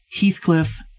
Heathcliff